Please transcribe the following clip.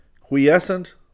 Quiescent